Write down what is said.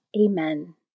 Amen